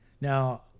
Now